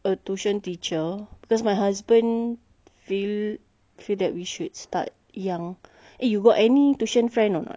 a tuition teacher because my husband feel feel that we should start young eh you got any tuition friend or not